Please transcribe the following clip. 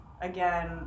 again